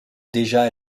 déjà